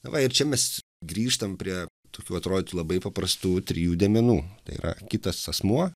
va ir čia mes grįžtam prie tokių atrodytų labai paprastų trijų dėmenų tai yra kitas asmuo